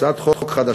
הצעת חוק חדשה,